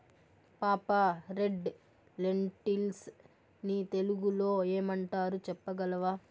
పాపా, red lentils ని తెలుగులో ఏమంటారు చెప్పగలవా